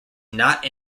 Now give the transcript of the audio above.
not